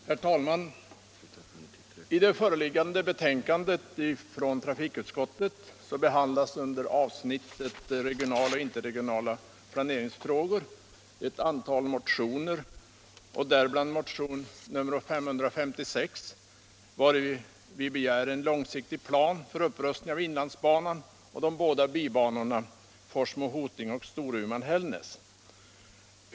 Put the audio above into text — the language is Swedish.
Herr talman! I det föreliggande betänkandet från trafikutskottet behandlas under avsnittet Regionala och interregionala planeringsfrågor m.m. ett antal motioner, däribland motionen 556, vari begärs en långsiktig plan för upprustning av inlandsbanan och de båda bibanorna Forsmo-Hoting och Storuman-Hällnäs.